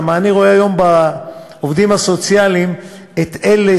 כי אני רואה היום בעובדים הסוציאליים את אלה